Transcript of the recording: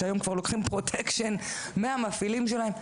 שהיו כבר לוקחים פרוטקשן מהמפעילים שלהם,